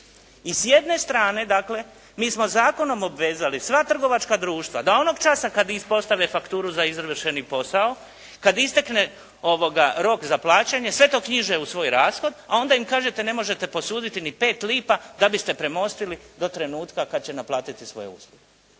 I s jedne strane dakle, mi smo zakonom obvezali sva trgovačka društva da onoga časa kada ispostave fakturu za izvršeni posao, kada istekne rok za plaćanje, sve to knjiže u svoj rashod, a onda im kažete ne možete posuditi niti pet lipa da biste premostili do trenutka kada će naplatiti svoje usluge.